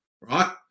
Right